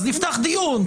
אז נפתח דיון,